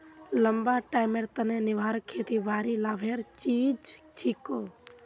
लंबा टाइमेर तने निर्वाह खेतीबाड़ी लाभेर चीज छिके